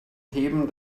heben